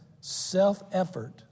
self-effort